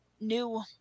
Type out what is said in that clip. new